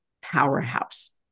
powerhouse